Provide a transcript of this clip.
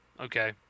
okay